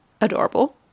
adorable